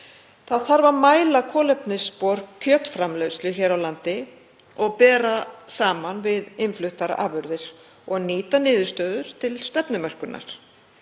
Það þarf að mæla kolefnisspor kjötframleiðslu hér á landi og bera saman við innfluttar afurðir og nýta niðurstöður til stefnumörkunar.